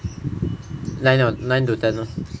nine or nine to ten loh